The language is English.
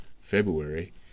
February